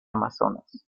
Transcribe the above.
amazonas